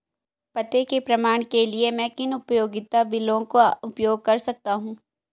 पते के प्रमाण के लिए मैं किन उपयोगिता बिलों का उपयोग कर सकता हूँ?